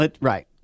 Right